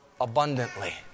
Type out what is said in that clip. abundantly